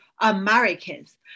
Americans